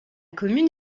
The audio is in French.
commune